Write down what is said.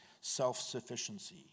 self-sufficiency